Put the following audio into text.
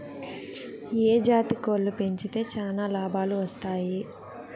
ఏ జాతి కోళ్లు పెంచితే చానా లాభాలు వస్తాయి?